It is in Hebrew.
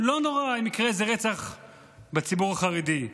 לא נורא אם יקרה איזה רצח בציבור החרדי.